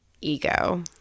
ego